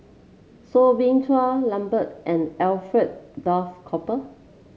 Soo Bin Chua Lambert and Alfred Duff Cooper